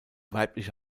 weibliche